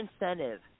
incentive